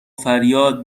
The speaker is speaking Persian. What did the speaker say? فریاد